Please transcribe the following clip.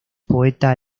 poeta